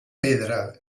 pedra